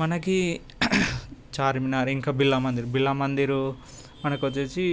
మనకి చార్మినార్ ఇంకా బిల్లా మందిర్ బిర్లా మందిర్ మనకొచ్చేసి